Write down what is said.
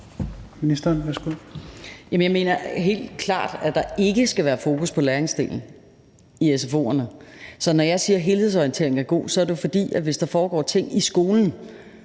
helt klart, at der ikke skal være fokus på læringsdelen i sfo'erne. Så når jeg siger, at helhedsorientering er godt, er det jo, fordi man, når der foregår ting i skolen